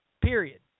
period